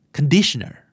Conditioner